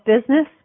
business